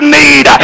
need